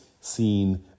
seen